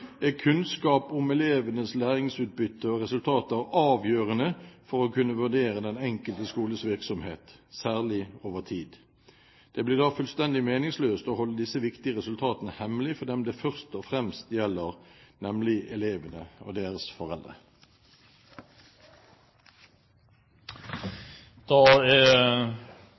er kunnskap om elevenes læringsutbytte og resultater avgjørende for å kunne vurdere den enkelte skoles virksomhet – særlig over tid. Det blir da fullstendig meningsløst å holde disse viktige resultatene hemmelige for dem det først og fremst gjelder, nemlig elevene og deres foreldre. Da er